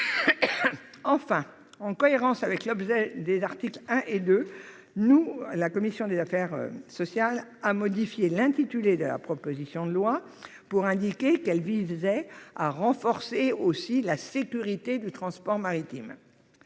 Enfin, en cohérence avec l'objet des articles 1 et 2, la commission des affaires sociales a modifié l'intitulé de la proposition de loi pour indiquer qu'elle vise également « à renforcer la sécurité du transport maritime